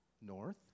North